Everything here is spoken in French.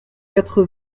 quatre